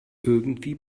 irgendwie